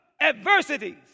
adversities